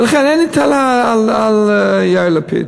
ולכן, אין לי טענה ליאיר לפיד,